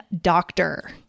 doctor